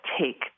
take